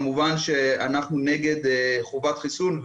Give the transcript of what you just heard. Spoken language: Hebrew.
כמובן אנחנו נגד חובת חיסון,